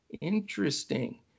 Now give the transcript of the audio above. Interesting